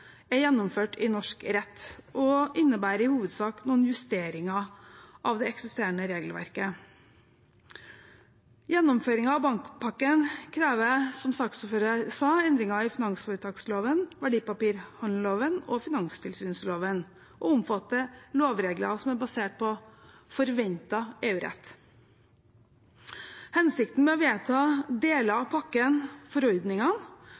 er gjennomført i norsk rett, og innebærer i hovedsak noen justeringer av det eksisterende regelverket. Gjennomføringen av bankpakken krever – som saksordføreren sa – endringer i finansforetaksloven, verdipapirhandelloven og finanstilsynsloven og omfatter lovregler som er basert på forventet EU-rett. Hensikten med å vedta deler av pakken, forordningene,